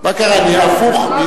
מה קרה, נהיה הפוך?